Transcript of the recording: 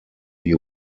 die